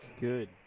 Good